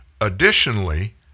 Additionally